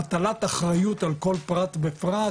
הטלת אחריות על כל פרט ופרט,